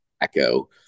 echo